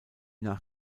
nach